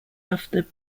after